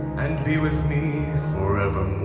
and be with me forever